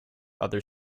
other